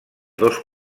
dos